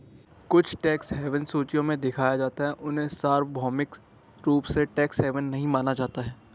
कुछ tax haven सूचियों में दिखाया जा सकता है, उन्हें सार्वभौमिक रूप से टैक्स हेवन नहीं माना जाता है